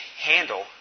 handle